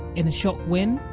in a shock win,